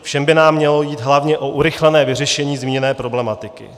Všem by nám mělo jít hlavně o urychlené vyřešení zmíněné problematiky.